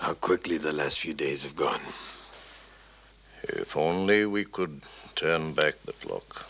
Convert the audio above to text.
how quickly the last few days of god if only we could turn back the clo